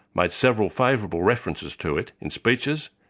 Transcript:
made several favourable references to it in speeches,